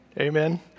Amen